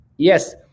Yes